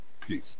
Peace